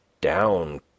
down